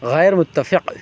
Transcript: غیرمتفق